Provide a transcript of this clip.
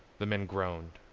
the men groaned.